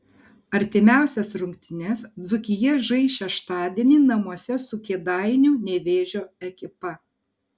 artimiausias rungtynes dzūkija žais šeštadienį namuose su kėdainių nevėžio ekipa